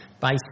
based